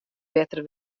better